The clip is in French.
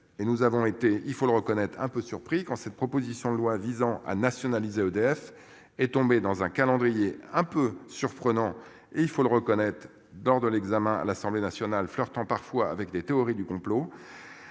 et nous avons été il faut le reconnaître, un peu surpris quand cette proposition de loi visant à nationaliser EDF est tombé dans un calendrier un peu surprenant et il faut le reconnaître dans de l'examen à l'Assemblée nationale flirtant parfois avec des théories du complot.